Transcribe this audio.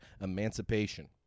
emancipation